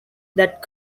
that